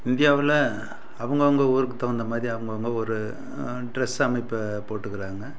இந்தியாவில் அவுங்கவங்க ஊருக்குத் தகுந்தமாதிரி அவுங்கவங்க ஒரு ட்ரெஸ் அமைப்பை போட்டுக்கிறாங்க